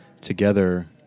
together